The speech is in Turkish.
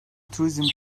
turizm